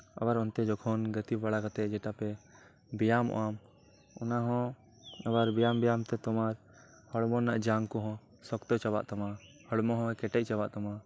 ᱟᱵᱟᱨ ᱚᱱᱛᱮ ᱡᱚᱠᱷᱚᱱ ᱜᱟᱛᱮ ᱵᱟᱲᱟ ᱠᱟᱛᱮᱫ ᱡᱮᱴᱟᱯᱮ ᱵᱮᱭᱟᱢᱚᱜᱼᱟ ᱚᱱᱟ ᱦᱚᱸ ᱟᱵᱟᱨ ᱵᱮᱭᱟᱢ ᱵᱮᱭᱟᱢ ᱛᱮ ᱛᱳᱢᱟᱨ ᱦᱚᱲᱢᱚ ᱨᱮᱱᱟᱜ ᱡᱟᱝ ᱠᱚᱦᱚᱸ ᱥᱚᱠᱛᱚ ᱪᱟᱵᱟᱜ ᱛᱟᱢᱟ ᱦᱚᱲᱢᱚ ᱦᱚ ᱠᱮᱴᱮᱡ ᱪᱟᱵᱟᱜ ᱛᱟᱢᱟ